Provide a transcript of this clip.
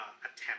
attempt